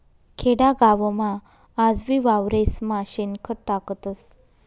खेडागावमा आजबी वावरेस्मा शेणखत टाकतस